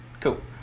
Cool